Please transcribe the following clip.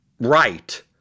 right